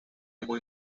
muy